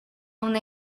una